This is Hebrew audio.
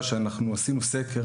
שבראשית שנת הלימודים אנחנו עשינו סקר